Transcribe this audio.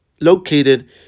located